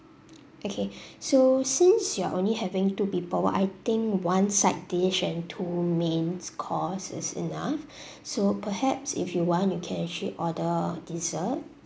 okay so since you are only having two people what I think one side dish and two mains course enough so perhaps if you want you can actually order dessert